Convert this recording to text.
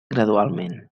gradualment